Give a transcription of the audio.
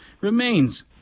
remains